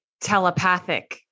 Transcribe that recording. telepathic